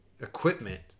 equipment